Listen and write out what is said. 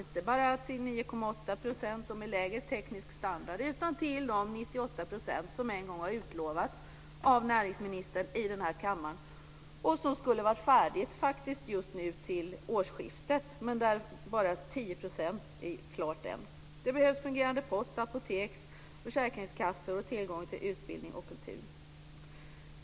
Det ska inte bara vara bredband till 98 % som en gång har utlovats av näringsministern i denna kammare. Det skulle ha varit färdigt just nu till årsskiftet, men ännu är bara 10 % klart. Det behövs fungerande post, apotek, försäkringskassor och tillgång till utbildning och kultur.